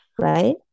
right